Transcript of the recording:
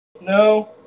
no